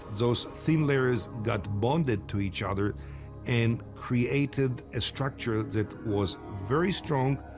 those thin layers got bonded to each other and created a structure that was very strong,